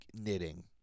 knitting